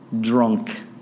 drunk